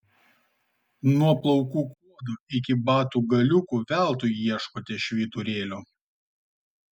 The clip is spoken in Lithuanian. nuo plaukų kuodo iki batų galiukų veltui ieškote švyturėlio